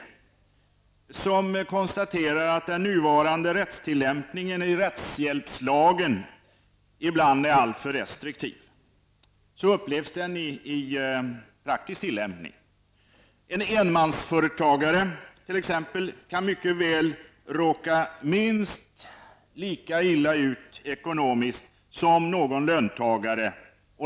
I motionen konstateras att den nuvarande praktiska rättstillämpningen enligt rättshjälpslagen ibland upplevs som alltför restriktiv. En enmansföretagare kan mycket väl råka minst lika illa ut ekonomiskt som någon löntagare.